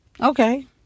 Okay